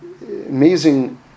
amazing